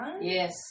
Yes